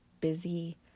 busy